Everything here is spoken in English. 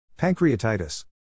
pancreatitis